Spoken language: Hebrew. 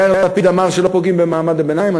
יאיר לפיד אמר שלא פוגעים במעמד הביניים.